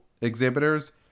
exhibitors